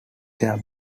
their